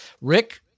Rick